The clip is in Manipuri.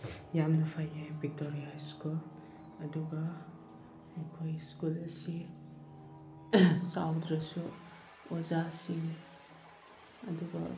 ꯌꯥꯝꯅ ꯐꯩꯌꯦ ꯚꯤꯛꯇꯣꯔꯤ ꯍꯥꯏ ꯁꯀꯨꯜ ꯑꯗꯨꯒ ꯃꯈꯣꯏ ꯁ꯭ꯀꯨꯜ ꯑꯁꯤ ꯆꯥꯎꯗ꯭ꯔꯁꯨ ꯑꯣꯖꯥꯁꯤꯡ ꯑꯗꯨꯒ